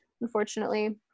unfortunately